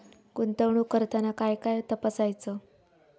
गुंतवणूक करताना काय काय तपासायच?